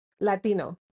Latino